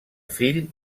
fill